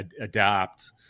adapt